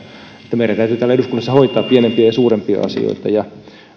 kasvavat meidän täytyy täällä eduskunnassa hoitaa pienempiä ja suurempia asioita ja